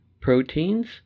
Proteins